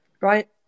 Right